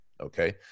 okay